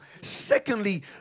Secondly